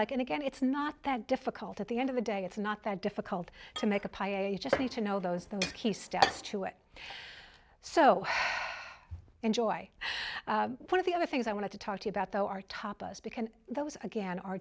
like and again it's not that difficult at the end of the day it's a not that difficult to make a pie you just need to know those the key steps to it so enjoy one of the other things i want to talk to you about though our top us because those again are